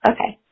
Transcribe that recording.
Okay